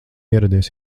ieradies